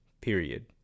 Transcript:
period